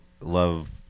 love